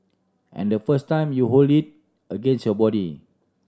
and the first time you hold it against your body